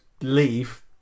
leave